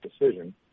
decision